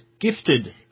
gifted